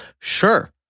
sure